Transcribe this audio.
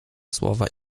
słowa